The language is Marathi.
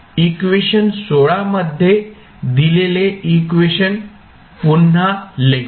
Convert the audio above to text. इक्वेशन मध्ये दिलेले इक्वेशन पुन्हा लिहा